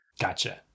Gotcha